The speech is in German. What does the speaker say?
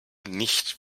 nicht